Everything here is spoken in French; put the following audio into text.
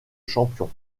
champion